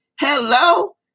Hello